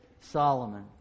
Solomon